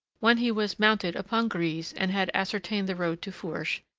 when he was mounted upon grise and had ascertained the road to fourche,